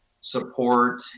support